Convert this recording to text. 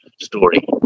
story